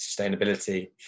sustainability